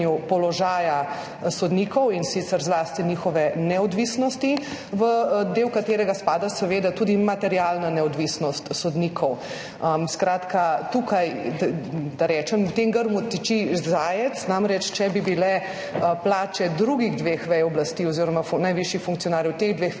položaja sodnikov, in sicer zlasti njihove neodvisnosti, v del katerega spada seveda tudi materialna neodvisnost sodnikov. Skratka, tukaj, da rečem, v tem grmu tiči zajec. Če bi namreč bile plače drugih dveh vej oblasti oziroma najvišjih funkcionarjev teh dveh